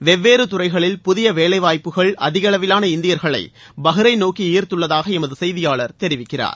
வெவ்வேறு துறைகளில் புதிய வேலைவாய்ப்புகள் அதிக அளவிவான இந்தியர்களை பஹ்ரைனை நோக்கி ஈர்த்துள்ளதாக எமது செய்தியாளர் தெரிவிக்கிறார்